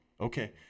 Okay